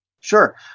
Sure